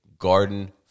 garden